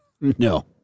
No